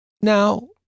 now